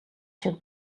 шиг